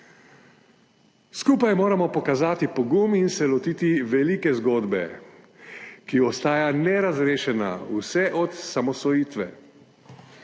Skupaj moramo pokazati pogum in se lotiti velike zgodbe, ki ostaja nerazrešena vse od osamosvojitve.